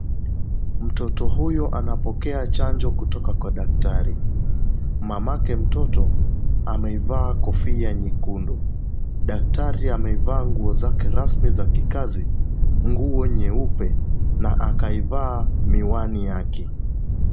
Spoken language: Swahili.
Mtoto huyu anapokea chanjo kutoka kwa daktari. Mamake mtoto ameivaa kofia nyekundu , daktari ameivaa nguo zake rasmi za kikazi, nguo nyeupe na akaivaa miwani yake.